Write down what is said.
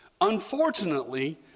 Unfortunately